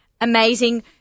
amazing